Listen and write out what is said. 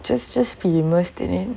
just just be immersed in it